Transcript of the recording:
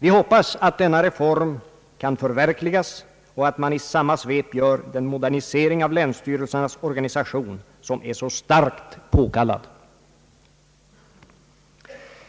Vi hoppas att denna reform kan förverkligas och att man i samma svep gör den modernisering av länsstyrelsernas organisation som är så starkt påkallad.